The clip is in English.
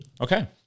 Okay